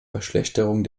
verschlechterung